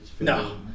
No